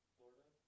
Florida